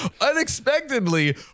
unexpectedly